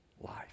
life